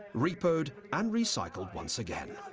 repo'd and recycled once again.